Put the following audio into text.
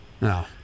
No